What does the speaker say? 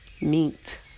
meat